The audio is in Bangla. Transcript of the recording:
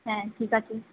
হ্যাঁ ঠিক আছে